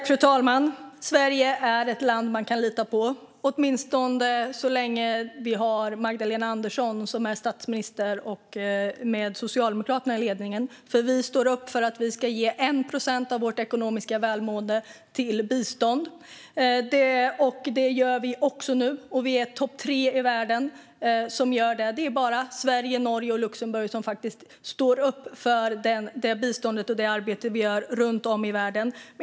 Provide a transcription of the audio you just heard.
Fru talman! Sverige är ett land man kan lita på, åtminstone så länge vi har Magdalena Andersson som statsminister och Socialdemokraterna i ledningen, för vi står upp för att vi ska ge 1 procent av vårt ekonomiska välmående till bistånd. Detta gör vi också nu, och vi är topp tre i världen. Det är bara Sverige, Norge och Luxemburg som står upp för det biståndet och för det arbete vi gör runt om i världen.